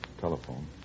telephone